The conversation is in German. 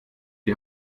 die